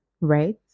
right